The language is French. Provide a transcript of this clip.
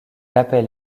appelle